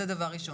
זה דבר ראשון.